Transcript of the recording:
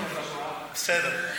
בסדר.